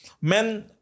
men